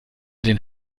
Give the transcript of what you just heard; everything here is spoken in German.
den